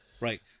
right